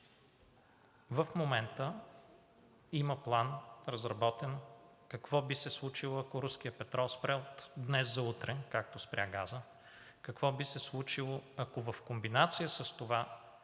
В момента има разработен план какво би се случило, ако руският петрол спре от днес за утре, както спря газът, какво би се случило, ако в комбинация с това